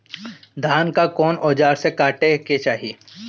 धान के कउन औजार से काटे के चाही?